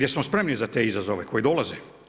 Jesmo spremni za te izazove koji dolaze?